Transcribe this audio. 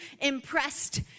impressed